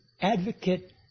advocate